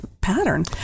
pattern